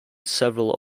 several